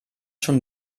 schon